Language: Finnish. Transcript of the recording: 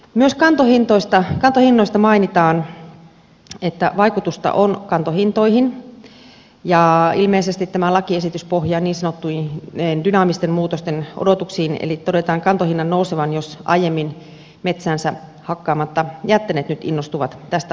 myös kantohinnoista mainitaan että vaikutusta on kantohintoihin ja ilmeisesti tämä lakiesitys pohjaa niin sanottuihin dynaamisten muutosten odotuksiin eli todetaan kantohinnan nousevan jos aiemmin metsäänsä hakkaamatta jättäneet nyt innostuvat tästä asiasta